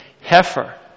heifer